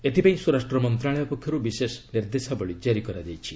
ଏଥିପାଇଁ ସ୍ୱରାଷ୍ଟ୍ର ମନ୍ତ୍ରଣାଳୟ ପକ୍ଷରୁ ବିଶେଷ ନିର୍ଦ୍ଦେଶାବଳୀ କାରି କରାଯାଇଛି